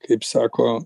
kaip sako